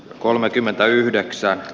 kolmekymmentäyhdeksän